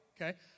okay